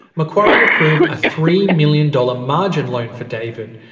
macquarie approved a three million dollars margin loan for david.